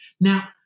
now